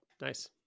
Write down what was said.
Nice